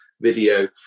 video